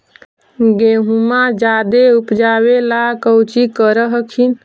गेहुमा जायदे उपजाबे ला कौची कर हखिन?